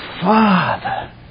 Father